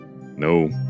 No